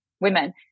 women